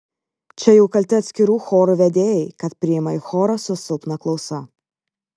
čia jau kalti atskirų chorų vedėjai kad priima į chorą su silpna klausa